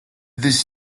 this